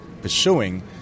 pursuing